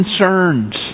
concerns